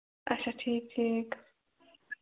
اَچھا ٹھیٖک ٹھیٖک